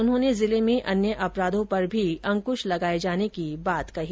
उन्होंने जिले में अन्य अपराधों पर भी अंकुश लगाये जाने की बात कही